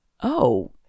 Oh